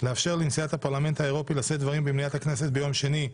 לאפשר לנשיאת הפרלמנט האירופי לשאת דברים במליאת הכנסת ביום שני,